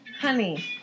Honey